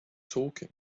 talking